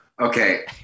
Okay